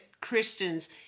Christians